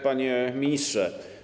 Panie Ministrze!